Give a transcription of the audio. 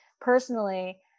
personally